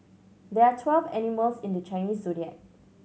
there are twelve animals in the Chinese Zodiac